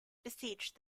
besieged